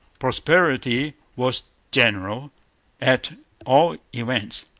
prosperity was general at all events,